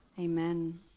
amen